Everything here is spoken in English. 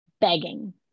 begging